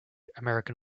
american